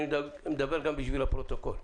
אני מדבר גם בשביל הפרוטוקול.